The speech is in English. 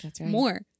more